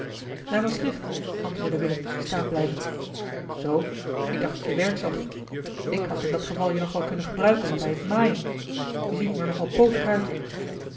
naar maastricht antwoordde willem staan blijvend zoo ik dacht dat je werk zocht ik had in dat geval je nog wel kunnen gebruiken bij het maaien je ziet me er nog al pootig uit